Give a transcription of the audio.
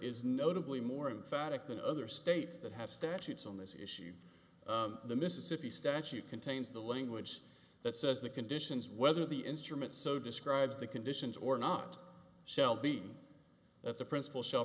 is notably more emphatic than other states that have statutes on this issue the mississippi statute contains the language that says the conditions whether the instrument so describes the conditions or not shall be the principal shall